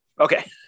Okay